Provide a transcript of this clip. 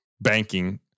banking